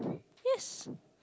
yes